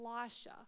Elisha